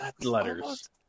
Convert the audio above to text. letters